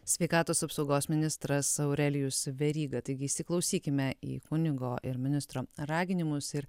sveikatos apsaugos ministras aurelijus veryga taigi įsiklausykime į kunigo ir ministro raginimus ir